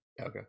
okay